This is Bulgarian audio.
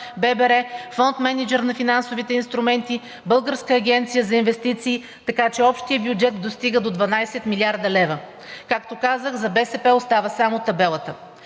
ББР, Фонд „Мениджър на финансовите инструменти“, Българската агенция за инвестиции, така че общият бюджет достига до 12 млрд. лв. Както казах, за БСП остава само табелата.